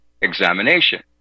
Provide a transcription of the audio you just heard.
examination